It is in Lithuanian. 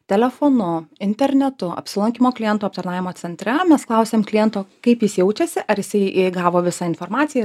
telefonu internetu apsilankymo klientų aptarnavimo centre mes klausiam kliento kaip jis jaučiasi ar jisai gavo visą informaciją